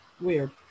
weird